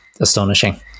astonishing